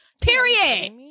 period